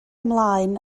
ymlaen